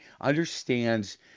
understands